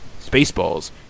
Spaceballs